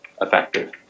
effective